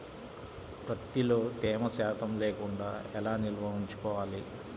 ప్రత్తిలో తేమ శాతం లేకుండా ఎలా నిల్వ ఉంచుకోవాలి?